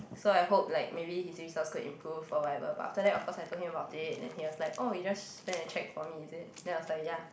so I hope like maybe his results could improve or whatever but after that of course I told him about it and he was like oh you just went and check for me is it then I was like ya